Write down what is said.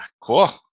cool